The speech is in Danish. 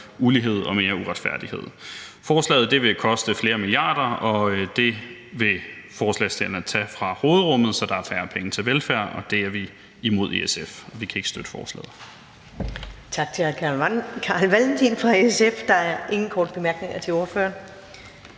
ulighed og mere uretfærdighed. Forslaget vil koste flere milliarder, og det vil forslagsstillerne tage fra råderummet, så der er færre penge til velfærd, og det er vi imod i SF, og vi kan ikke støtte forslaget.